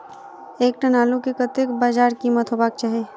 एक टन आलु केँ कतेक बजार कीमत हेबाक चाहि?